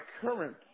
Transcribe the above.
current